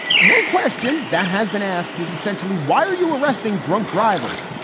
one question that has been asked is essentially, why are you arresting drunk drivers?